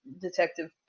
Detective